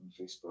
Facebook